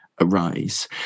arise